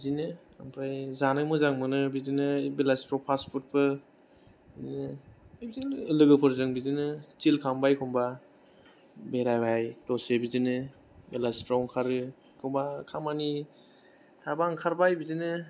बिदिनो ओमफ्राय जानो मोजां मोनो बिदिनो बेलासिफोराव फासफुदफोर लोगोफोरजों बिदिनो चिल खालामबाय एखनबा बेरायबाय दसे बिदिनो बेलासिफोराव ओंखारो एखनबा खामानि थाबा ओंखारबाय बिदिनो